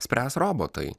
spręs robotai